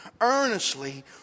earnestly